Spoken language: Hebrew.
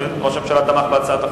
וראש הממשלה תמך בהצעת החוק.